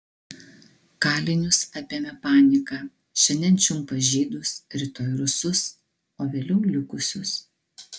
kalinius apėmė panika šiandien čiumpa žydus rytoj rusus o vėliau likusius